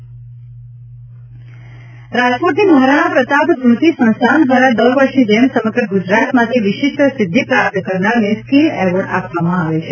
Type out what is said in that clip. skill award રાજકોટની મહારાણા પ્રતાપ સ્મૃતિ સંસ્થાન દ્વારા દર વર્ષની જેમ સમત્ર ગ્રજરાતમાંથી વિશિષ્ટ સિદ્ધિ પ્રાપ્ત કરનારને સ્કીલ એવોર્ડ આપવામાં આવે છે